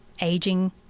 aging